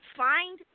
find